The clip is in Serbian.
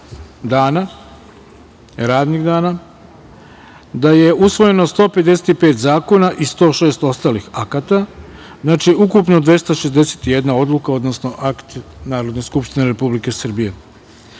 90 radnih dana, da je usvojeno 155 zakona i 106 ostalih akata, znači, ukupno 261 odluka, odnosno akt Narodne skupštine Republike Srbije. Shodno